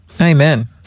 Amen